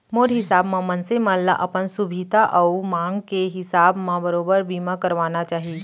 मोर हिसाब म मनसे मन ल अपन सुभीता अउ मांग के हिसाब म बरोबर बीमा करवाना चाही